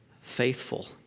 faithful